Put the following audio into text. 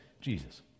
Jesus